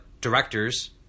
directors